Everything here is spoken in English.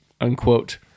unquote